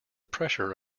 pressure